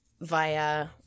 via